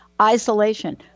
Isolation